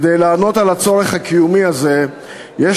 כדי לענות על הצורך הקיומי הזה יש